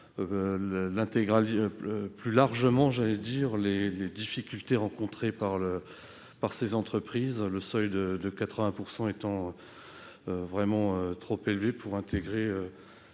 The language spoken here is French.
plus largement en compte les difficultés rencontrées par ces entreprises, le seuil de 80 % étant trop élevé pour intégrer